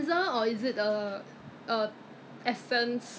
so I I want but then if I go to those facial salon right